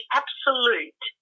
absolute